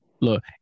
look